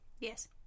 Yes